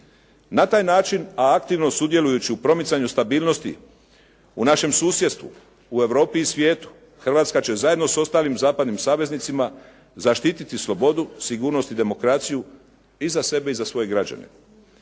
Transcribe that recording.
Na taj način, a aktivno sudjelujući u promicanju stabilnosti u našem susjedstvu u Europi i svijetu, Hrvatska će zajedno sa ostalim zapadnim saveznicima, zaštiti slobodu, sigurnost i demokraciju i za sebe i za svoje građane.